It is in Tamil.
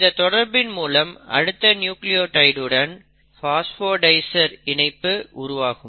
இந்த தொடர்பின் மூலம் அடுத்த நியூக்ளியோடைடுடன் பாஸ்போடைஸ்டர் இணைப்பு உருவாகும்